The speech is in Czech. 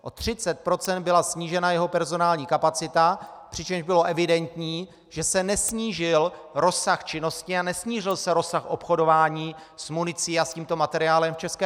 O 30 % byla snížena jeho personální kapacita, přičemž bylo evidentní, že se nesnížil rozsah činnosti a nesnížil se rozsah obchodování s municí a s tímto materiálem v ČR.